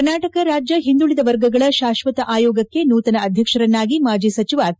ಕರ್ನಾಟಕ ರಾಜ್ಯ ಹಿಂದುಳಿದ ವರ್ಗಗಳ ಶಾಶ್ವತ ಆಯೋಗಕ್ಕೆ ನೂತನ ಅಧ್ಯಕ್ಷರನ್ನಾಗಿ ಮಾಜಿ ಸಚಿವ ಕೆ